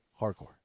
Hardcore